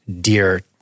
dear